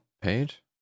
page